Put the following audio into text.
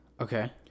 Okay